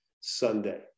Sunday